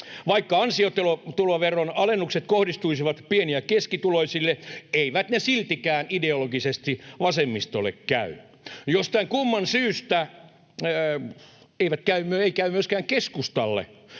Vaikka ansiotuloveron alennukset kohdistuisivat pieni- ja keskituloisille, eivät ne siltikään ideologisesti vasemmistolle käy — jostain kumman syystä eivät käy myöskään keskustalle.